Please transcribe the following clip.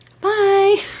bye